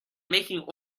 making